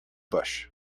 bush